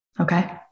Okay